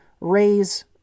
raise